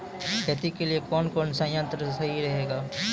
खेती के लिए कौन कौन संयंत्र सही रहेगा?